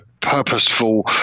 purposeful